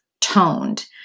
toned